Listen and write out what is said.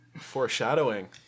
Foreshadowing